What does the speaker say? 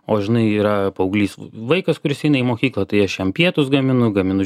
o žinai yra paauglys vaikas kuris eina į mokyklą tai aš jam pietus gaminu gaminu